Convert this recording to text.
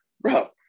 bro